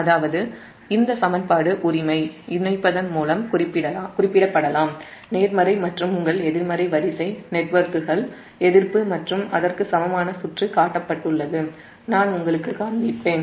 அதாவது இந்த சமன்பாடு உரிமை இணைப்பதன் மூலம் நேர்மறை மற்றும் உங்கள் எதிர்மறை வரிசை நெட்வொர்க்குகள் எதிர்ப்பு மற்றும் அதற்கு சமமான சுற்றுகாட்டப்பட்டுள்ளது நான் உங்களுக்குக் காண்பிப்பேன்